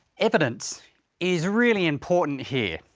evidence is really important here.